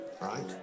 Right